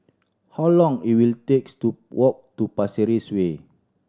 how long it will takes to walk to Pasir Ris Way